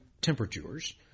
temperatures